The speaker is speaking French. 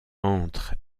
entre